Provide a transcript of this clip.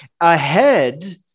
ahead